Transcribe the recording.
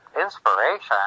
inspiration